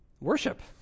worship